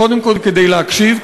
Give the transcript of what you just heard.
קודם כול כדי להקשיב,